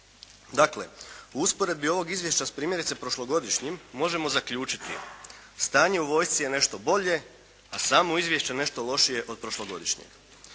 Dakle, u usporedbi ovog izvješća s primjerice prošlogodišnjim možemo zaključiti, stanje u vojsci je nešto bolje a samo izvješće nešto lošije od prošlogodišnjeg.